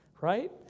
right